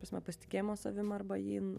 prasme pasitikėjimo savim arba jim